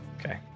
Okay